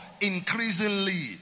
increasingly